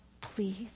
please